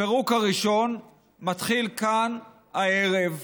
הפירוק הראשון מתחיל כאן הערב,